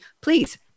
please